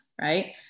right